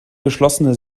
geschlossene